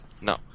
No